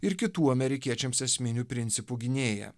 ir kitų amerikiečiams esminių principų gynėja